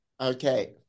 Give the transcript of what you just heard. okay